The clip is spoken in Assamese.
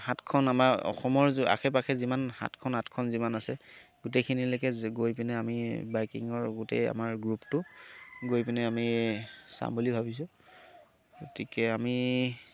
সাতখন আমাৰ অসমৰ আশে পাশে যিমান সাতখন আঠখন যিমান আছে গোটেইখিনিলেকে যে গৈ পিনে আমি বাইকিঙৰ গোটেই আমাৰ গ্ৰুপটো গৈ পিনে আমি চাওঁ বুলি ভাবিছোঁ গতিকে আমি